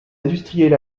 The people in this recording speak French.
industriels